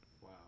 Wow